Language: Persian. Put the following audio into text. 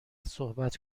صحبت